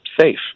safe